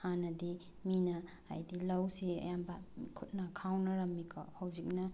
ꯍꯥꯟꯅꯗꯤ ꯃꯤꯅ ꯍꯥꯏꯗꯤ ꯂꯧꯁꯤ ꯑꯌꯥꯝꯕ ꯈꯨꯠꯅ ꯈꯥꯎꯅꯔꯝꯃꯤꯀꯣ ꯍꯧꯖꯤꯛꯅ